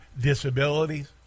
disabilities